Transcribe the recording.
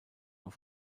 auf